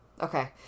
okay